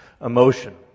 emotion